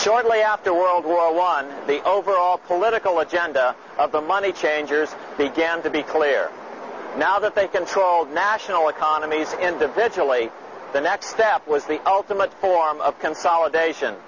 shortly after world war one the overall political agenda of the money changers began to be clear now that they controlled national economies individually the next step was the ultimate form of consolidation